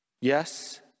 Yes